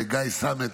לגיא סמט,